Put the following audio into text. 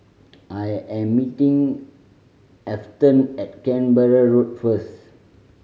I am meeting Afton at Canberra Road first